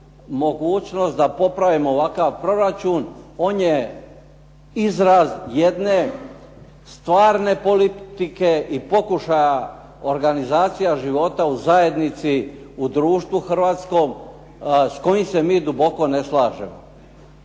mogućnost da popravimo ovakav proračun. On je izraz jedne stvarne politike i pokušaja organizacijama života u zajednici, u društvu hrvatskom s kojim se mi duboko ne slažemo.